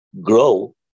grow